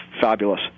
fabulous